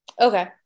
Okay